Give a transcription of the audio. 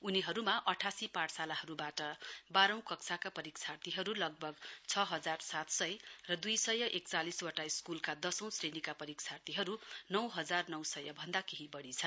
उनीहरूमा अठासी पाठशालाहरूबाट बाह्रौं कक्षाका परीक्षार्थीहरू लगभग छ हजार सात सय र दुई सय एकचालिसवटा स्कूलका दशौं श्रेणीका परीक्षार्थीहरू नौ हजार नौ सय भन्दा केही बढ़ी छन्